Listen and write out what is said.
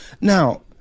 Now